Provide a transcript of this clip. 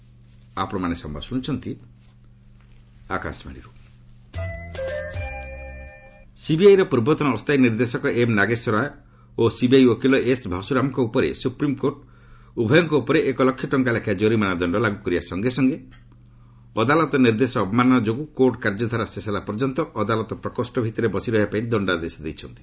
SC CBI ସିବିଆଇର ପୂର୍ବତନ ଅସ୍ଥାୟୀ ନିର୍ଦ୍ଦେଶକ ଏମ୍ ନାଗେଶ୍ୱର ରାଓ ଓ ସିବିଆଇ ଓକିଲ ଏସ୍ ଭସୁରାମଙ୍କ ଉପରେ ସୁପ୍ରିମ୍କୋର୍ଟ ଉଭୟଙ୍କ ଉପରେ ଏକ ଲକ୍ଷ ଟଙ୍କା ଲେଖାଏଁ ଜୋରିମାନା ଦଶ୍ଚ ଲାଗ୍ର କରିବା ସଙ୍ଗେ ସଙ୍ଗେ ଅଦାଲତ ନିର୍ଦ୍ଦେଶ ଅବମାନନା ଯୋଗୁଁ କୋର୍ଟ କାର୍ଯ୍ୟଧାରା ଶେଷ ହେଲା ପର୍ଯ୍ୟନ୍ତ ଅଦାଲତ ପ୍ରକୋଷ୍ଠ ଭିତରେ ବସିବା ପାଇଁ ଦେଣ୍ଡାଦେଶ ଦେଇଛନ୍ତି